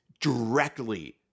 directly